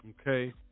okay